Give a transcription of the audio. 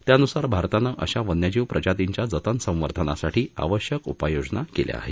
त्यानुसार भारतानं अशा वन्यजीव प्रजातींच्या जतन संवर्धनासाठी आवश्यक उपाययोजना केल्या आहेत